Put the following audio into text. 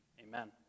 Amen